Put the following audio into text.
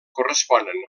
corresponen